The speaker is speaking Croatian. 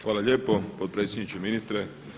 Hvala lijepo potpredsjedniče, ministre.